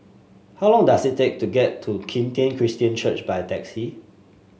how long does it take to get to Kim Tian Christian Church by taxi